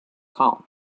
calmed